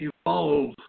evolve